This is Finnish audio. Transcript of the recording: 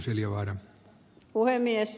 arvoisa puhemies